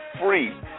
free